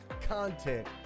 content